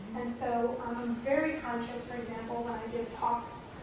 so i'm very conscious, for example, when i give talks